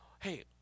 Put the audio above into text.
Hey